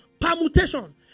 permutation